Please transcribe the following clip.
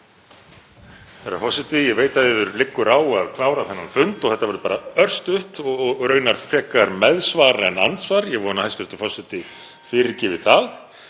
Herra forseti. Ég veit að það liggur á að klára þennan fund og þetta verður bara örstutt og raunar frekar meðsvar en andsvar. Ég vona að hæstv. forseti fyrirgefi það.